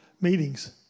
meetings